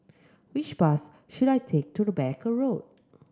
which bus should I take to Rebecca Road